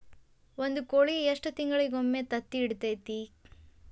ಒಂದ್ ಕೋಳಿ ಎಷ್ಟ ತಿಂಗಳಿಗೊಮ್ಮೆ ತತ್ತಿ ಇಡತೈತಿ?